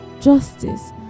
justice